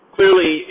Clearly